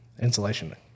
Insulation